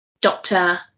doctor